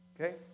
Okay